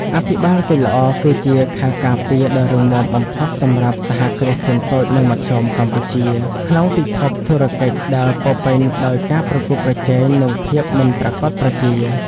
អភិបាលកិច្ចល្អគឺជា "ខែលការពារ" ដ៏រឹងមាំបំផុតសម្រាប់ សហគ្រាសធុនតូច និងមធ្យម កម្ពុជា ក្នុងពិភពធុរកិច្ចដែលពោរពេញដោយការប្រកួតប្រជែង និងភាពមិនប្រាកដប្រជា។